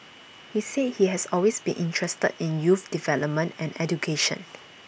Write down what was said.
he said he has always been interested in youth development and education